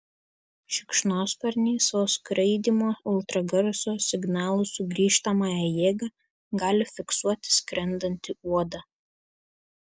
šikšnosparniai savo skraidymo ultragarso signalų sugrįžtamąja jėga gali fiksuoti skrendantį uodą